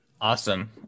Awesome